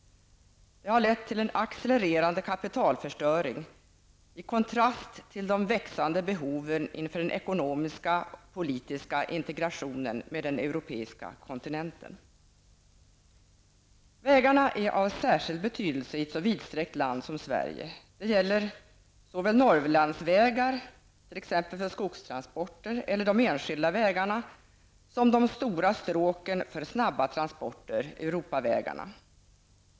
Detta har lett till en accelererande kapitalförstöring, som står i kontrast mot de växande behoven inför den ekonomiska och politiska integrationen med den europeiska kontinenten. Vägarna är av särskild betydelse i ett så vidsträckt land som Sverige. Det gäller såväl Norrlandsvägar -- t.ex. för skogstransporter eller enskilda vägar -- som de stora stråken för snabba transporter, Europavägarna.